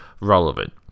relevant